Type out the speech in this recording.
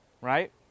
Right